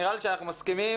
נראה לי שאנחנו מסכימים.